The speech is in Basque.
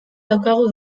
daukagu